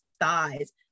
thighs